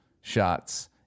shots